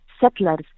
settlers